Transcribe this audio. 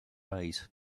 eyes